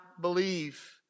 believe